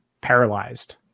paralyzed